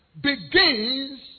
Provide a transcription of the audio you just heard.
begins